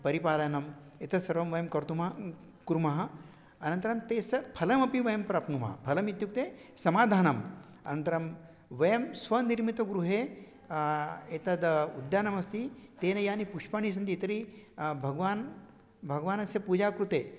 परिपालनम् एतत् सर्वं वयं कर्तुं कुर्मः अनन्तरं तेसु फलमपि वयं प्राप्नुमः फलम् इत्युक्ते समाधानम् अनन्तरं वयं स्वनिर्मितगृहे एतत् उद्यानमस्ति तेन यानि पुष्पाणि सन्ति तर्हि भगवान् भगवन्तस्य पूजाकृते